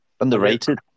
underrated